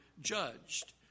judged